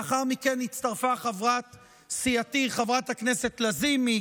לאחר מכן הצטרפה חברת סיעתי חברת הכנסת לזימי,